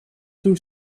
toe